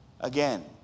again